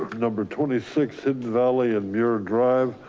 number twenty six, hidden valley and bureau drive.